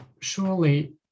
surely